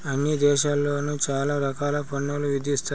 అన్ని దేశాల్లోను చాలా రకాల పన్నులు విధించారు